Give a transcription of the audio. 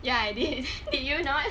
ya I did did you not